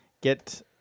get